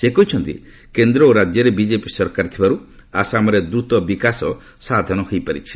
ସେ କହିଛନ୍ତି କେନ୍ଦ୍ର ଓ ରାଜ୍ୟରେ ବିଜେପି ସରକାର ଥିବାରୁ ଆସାମରେ ଦ୍ରତ ବିକାଶ ସାଧନ ହୋଇପାରିଛି